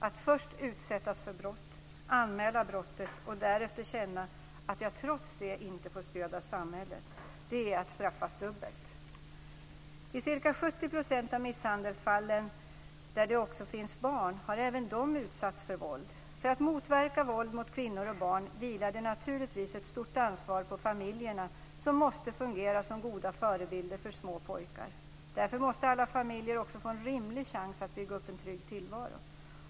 Att först utsättas för brott, anmäla brottet och därefter känna att jag trots det inte får stöd av samhället är att straffas dubbelt. I ca 70 % av misshandelsfallen där det också finns barn med i bilden har också de utsatts för våld. För att motverka våld mot kvinnor och barn vilar det naturligtvis ett stort ansvar på familjerna, som måste fungera som goda förebilder för små pojkar. Därför måste alla familjer också få en rimlig chans att bygga upp en trygg tillvaro.